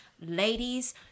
ladies